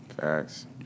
Facts